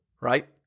right